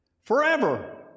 Forever